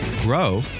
grow